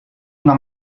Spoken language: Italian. una